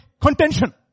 contention